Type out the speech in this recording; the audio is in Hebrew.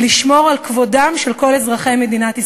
לשמור על כבודם של כל אזרחי מדינת ישראל,